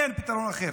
אין פתרון אחר.